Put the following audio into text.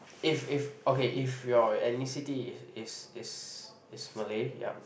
if if okay if your ethnicity is is is is Malay yup